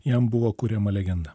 jam buvo kuriama legenda